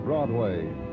Broadway